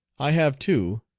i have, too,